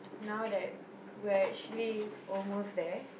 now that we're actually almost there